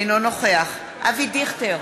אינו נוכח אבי דיכטר,